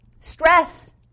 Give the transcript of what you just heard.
Stress